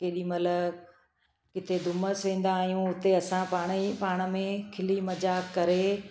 केॾी महिल किते डुमस वेंदा आहियूं हुते असां पाण ई पाण में ख़िली मज़ाक करे